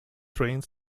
trains